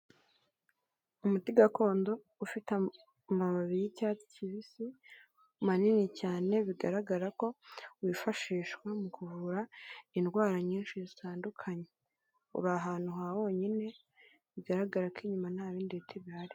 Umuti gakondo ufite amababi y'icyatsi kibisi manini cyane bigaragara ko wifashishwa mu kuvura indwara nyinshi zitandukanye, uri ahantu hawonyine bigaragara ko inyuma nta bindi biti bihari.